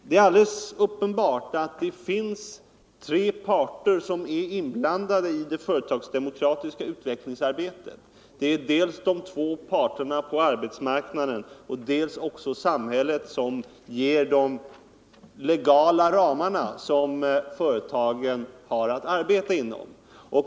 Det är uppenbart att tre parter är inblandade i det företagsdemokratiska utvecklingsarbetet — dels de två parterna på arbetsmarknaden och dels samhället, som ger de legala ramar som företagen har att arbeta inom.